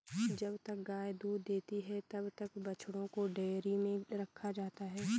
जब तक गाय दूध देती है तब तक बछड़ों को डेयरी में रखा जाता है